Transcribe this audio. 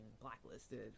blacklisted